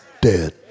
dead